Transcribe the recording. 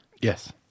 Yes